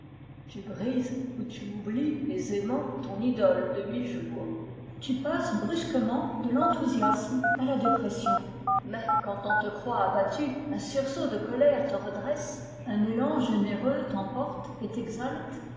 tu brises ou tu oublies aisément ton idole de huit jours tu passes brusquement de l'enthousiasme à la dépression mais quand on te croit abattue un sursaut de colère te redresse un élan généreux t'emporte et t'exalte